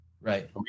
right